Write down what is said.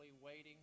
waiting